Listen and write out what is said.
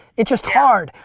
it's just hard.